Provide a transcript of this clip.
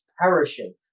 perishing